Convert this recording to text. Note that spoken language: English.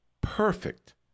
perfect